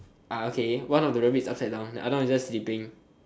okay one of the rabbits is upside down the other one is just sleeping